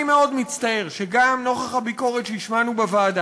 אני מאוד מצטער שגם נוכח הביקורת שהשמענו בוועדה,